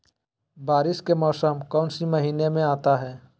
बारिस के मौसम कौन सी महीने में आता है?